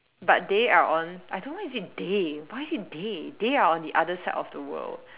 but they are on I don't know why is it they why is it they they are on the other side of the world